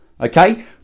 okay